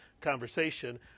conversation